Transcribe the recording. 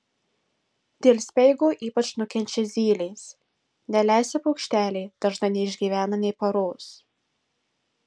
dėl speigo ypač nukenčia zylės nelesę paukšteliai dažnai neišgyvena nė paros